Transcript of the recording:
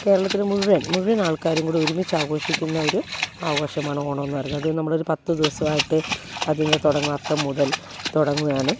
കേരളത്തിൽ മുഴുവൻ മുഴുവൻ ആൾക്കാരും കൂടി ഒരുമിച്ച് ആഘോഷിക്കുന്ന ഒരു ആഘോഷമാണ് ഓണം എന്നു പറയുന്നത് നമ്മൾ ഒരു പത്ത് ദിവസമായിട്ട് അതിൽ നിന്ന് തുടങ്ങും അത്തം മുതൽ തുടങ്ങുകയാണ്